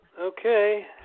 Okay